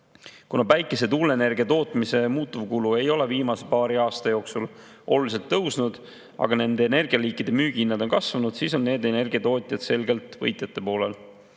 Kuna päikese‑ ja tuuleenergia tootmise muutuvkulu ei ole viimase paari aasta jooksul oluliselt tõusnud, aga nende energialiikide müügihinnad on kasvanud, siis on need energiatootjad selgelt võitjate poolel.